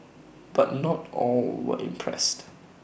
but not all were impressed